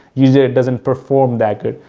usually it doesn't perform that good.